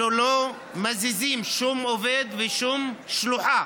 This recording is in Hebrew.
אנחנו לא מזיזים שום עובד רישום ושום שלוחה